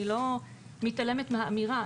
אני לא מתעלמת מהאמירה,